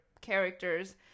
characters